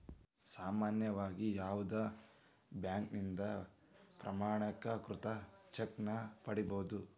ಸಾಮಾನ್ಯವಾಗಿ ಯಾವುದ ಬ್ಯಾಂಕಿನಿಂದ ಪ್ರಮಾಣೇಕೃತ ಚೆಕ್ ನ ಪಡಿಬಹುದು